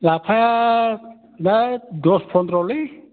लाफाया दा दस पन्द्रह लै